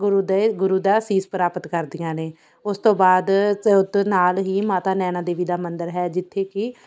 ਗੁਰੂ ਦੇ ਗੁਰੂ ਦਾ ਅਸੀਸ ਪ੍ਰਾਪਤ ਕਰਦੀਆਂ ਨੇ ਉਸ ਤੋਂ ਬਾਅਦ ਉੱਤੇ ਨਾਲ ਹੀ ਮਾਤਾ ਨੈਣਾ ਦੇਵੀ ਦਾ ਮੰਦਰ ਹੈ ਜਿੱਥੇ ਕਿ